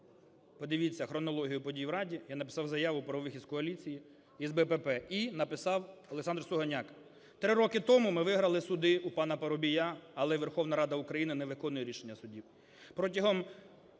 подивіться хронологію подій в Раді, я написав заяву про вихід з коаліції із "Блок Петра Порошенка" і написав Олександр Сугоняко. Три роки тому ми виграли суди у пана Парубія, але Верховна Рада України не виконує рішення судів. Протягом